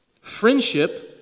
friendship